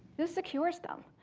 who secures them?